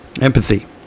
Empathy